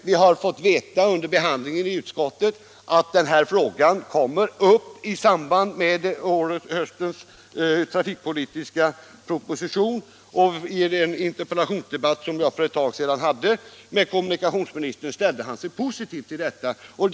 Vi har under behandlingen i utskottet fått veta att den här frågan kommer upp i samband med höstens trafikpolitiska proposition, och i en interpellationsdebatt som jag för ett tag sedan hade med kommunikationsministern ställde han sig positiv till förslaget.